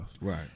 Right